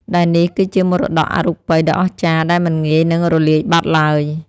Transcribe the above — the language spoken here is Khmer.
ដែលនេះគឺជាមរតកអរូបិយដ៏អស្ចារ្យដែលមិនងាយនឹងរលាយបាត់ឡើយ។